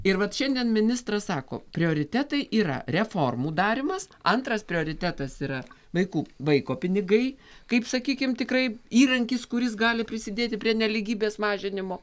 ir vat šiandien ministras sako prioritetai yra reformų darymas antras prioritetas yra vaikų vaiko pinigai kaip sakykim tikrai įrankis kuris gali prisidėti prie nelygybės mažinimo